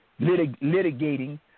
litigating